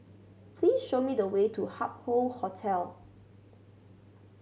please show me the way to Hup Hoe Hotel